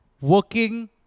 Working